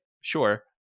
sure